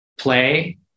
play